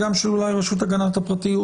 ואולי גם של רשות הגנת הפרטיות,